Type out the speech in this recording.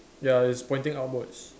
ya it's pointing upwards